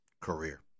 career